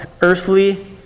earthly